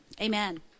amen